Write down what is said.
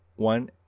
one